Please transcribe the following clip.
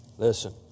Listen